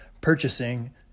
purchasing